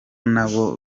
nabo